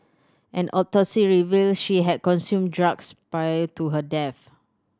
an autopsy revealed she had consumed drugs prior to her death